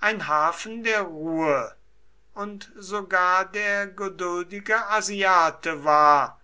ein hafen der ruhe und sogar der geduldige asiate war